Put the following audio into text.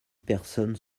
personnes